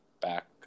back